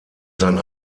sein